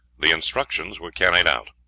the instructions were carried out.